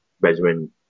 Benjamin